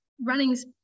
running's